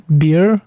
beer